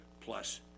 plus